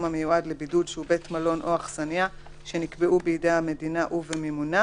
המיועד לבידוד שהוא בית מלון או אכסניה שנקבעו בידי המדינה ובמימונה,